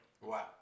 Wow